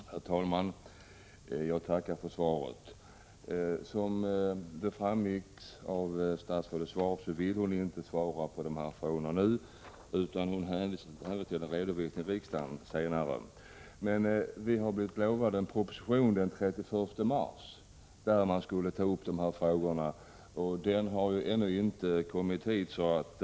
Herr talman! Jag tackar statsrådet för svaret. Som framgick av statsrådets svar vill hon inte svara på dessa frågor nu, utan hon hänvisar till den redovisning som riksdagen senare kommer att få. Men vi har blivit lovade en proposition till den 31 mars, i vilken regeringen skulle ta upp dessa frågor. Propositionen har ännu inte kommit till riksdagen.